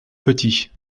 petits